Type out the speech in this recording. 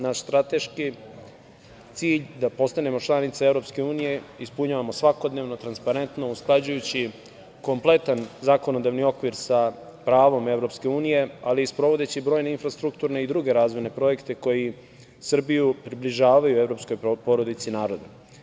Naš strateški cilj da postanemo članica EU ispunjavamo svakodnevno, transparentno, usklađujući kompletan zakonodavni okvir sa pravom EU, ali i sprovodeći brojne infrastrukturne i druge razvojne projekte koji Srbiju približavaju evropskoj porodici naroda.